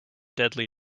deadly